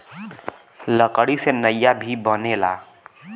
लकड़ी से नईया भी बनेला